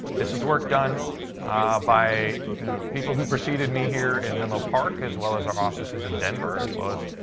this was work done by people who preceded me here in menlo park as well as our offices in denver as well as,